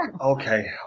Okay